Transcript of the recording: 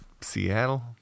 Seattle